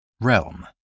Realm